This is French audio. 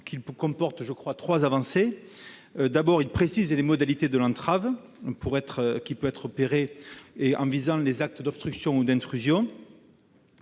qu'il comporte trois avancées. Tout d'abord, il vise à préciser les modalités de l'entrave qui peut être opérée en visant les actes d'obstruction ou d'intrusion.